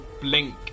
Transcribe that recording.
blink